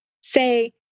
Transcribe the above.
Say